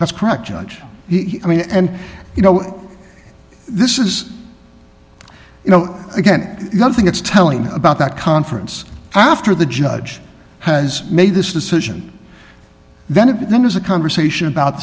that's correct judge he i mean and you know this is you know again you don't think it's telling about that conference after the judge has made this decision then it then is a conversation about